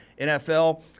NFL